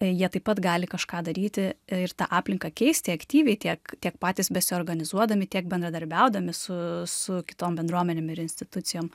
jie taip pat gali kažką daryti ir tą aplinką keisti aktyviai tiek tiek patys besiorganizuodami tiek bendradarbiaudami su su kitom bendruomenėm ir institucijom